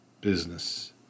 business